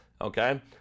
Okay